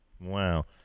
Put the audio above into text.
Wow